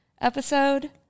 episode